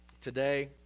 today